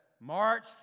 March